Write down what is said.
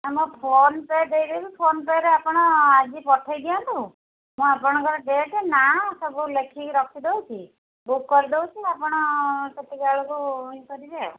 ଆମ PhonePe ଦେଇଦେବି ଫୋନ୍ ପେରେ ଆପଣ ଆଜି ପଠାଇ ଦିଅନ୍ତୁ ମୁଁ ଆପଣଙ୍କର ଡେଟ୍ ନାଁ ସବୁ ଲେଖିକି ରଖି ଦେଉଛି ବୁକ୍ କରିଦେଉଛି ଆପଣ ସେତିକି ବେଳକୁ ଇଏ କରିବେ ଆଉ